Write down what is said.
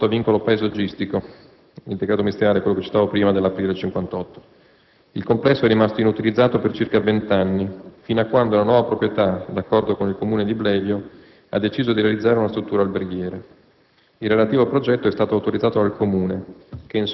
II complesso di Villa Rocca Bruna risulta invece sottoposto a vincolo paesaggistico (decreto ministeriale 15 aprile 1958). II complesso è rimasto inutilizzato per circa vent'anni, fino a quando la nuova proprietà, d'accordo con il Comune di Blevio, ha deciso di realizzare una struttura alberghiera.